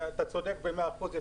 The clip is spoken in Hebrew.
צודק ב-100 אחוזים.